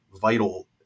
vital